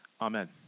Amen